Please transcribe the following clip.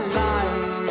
light